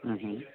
હમમ